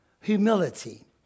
humility